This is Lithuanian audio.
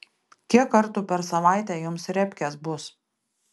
kiek kartų per savaitę jums repkės bus